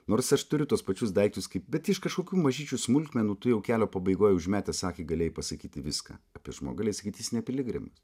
nors aš turiu tuos pačius daiktus kaip bet iš kažkokių mažyčių smulkmenų tu jau kelio pabaigoj užmetęs akį galėjai pasakyti viską apie žmogų galėjai sakyt jis ne piligrimas